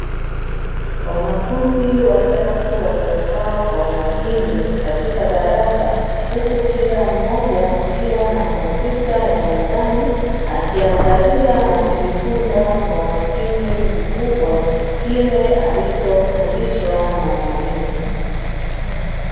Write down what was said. Wanafunzi watatu waliokaa kwa umakini katika darasa huku kila mmoja akiwa na kompyuta ya mezani, akiangalia na kujifunza kwa umakini mkubwa kile alichofundishwa na mwalimu.